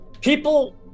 people